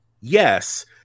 yes